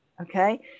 Okay